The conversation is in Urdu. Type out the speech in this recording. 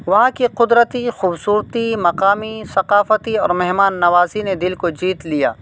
وہاں کی قدرتی خوبصورتی مقامی ثقافتی اور مہمان نوازی نے دل کو جیت لیا